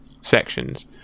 sections